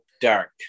dark